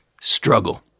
struggle